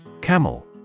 Camel